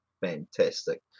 fantastic